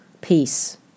peace